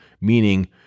meaning